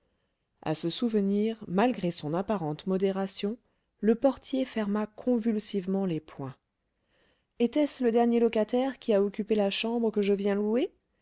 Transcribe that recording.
à ce souvenir malgré son apparente modération le portier ferma convulsivement les poings était-ce le dernier locataire qui a occupé la chambre que je viens louer